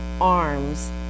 arms